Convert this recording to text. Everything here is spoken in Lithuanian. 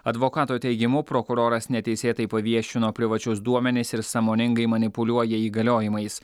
advokato teigimu prokuroras neteisėtai paviešino privačius duomenis ir sąmoningai manipuliuoja įgaliojimais